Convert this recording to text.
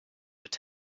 would